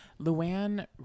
Luann